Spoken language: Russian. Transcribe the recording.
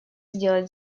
сделать